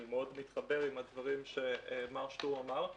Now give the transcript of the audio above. אני מאוד מתחבר לדברים שמר שטרום אמר.